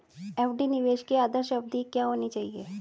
FD निवेश की आदर्श अवधि क्या होनी चाहिए?